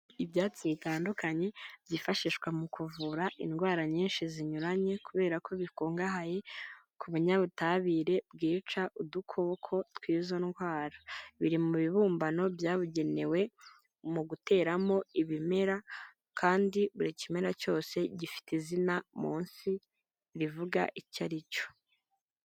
Ibyatsi bitandukanye byifashishwa mu kuvura indwara nyinshi zinyuranye, kubera ko bikungahaye ku binyabutabire bwica udukoko tw'izo ndwara, biri mu bibumbano byabugenewe, mu guteramo ibimera kandi buri kimera cyose gifite izina munsi rivuga icya ari cyo.